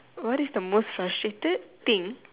what is the most frustrated thing